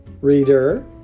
reader